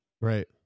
Right